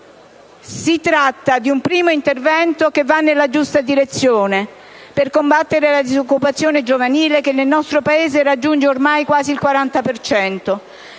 Si tratta di un primo intervento che va nella giusta direzione per combattere la disoccupazione giovanile, che nel nostro Paese raggiunge ormai quasi il 40